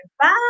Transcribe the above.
Bye